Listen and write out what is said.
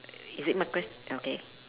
is it my quest~ okay